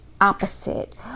opposite